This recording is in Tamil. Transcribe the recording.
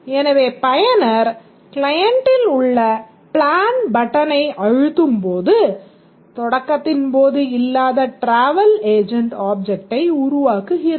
எனவே பயனர் க்ளையண்ட்டில் உள்ள பிளான் பட்டனை அழுத்தும்போது தொடக்கத்தின் போது இல்லாத டிராவல் ஏஜென்ட் ஆப்ஜெக்ட்டை உருவாக்குகிறது